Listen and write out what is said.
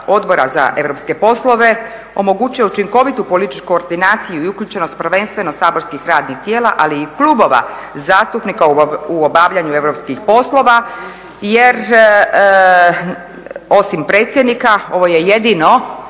Odbora za europske poslove omogućuje učinkovitu političku koordinaciju i uključenost prvenstveno saborskih radnih tijela, ali i klubova zastupnika u obavljanju europskih poslova jer osim predsjednika ovo je jedino